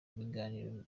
ibiganiro